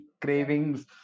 cravings